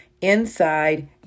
inside